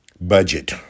budget